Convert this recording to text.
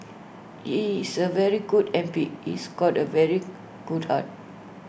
he is A very good M P he's got A very good heart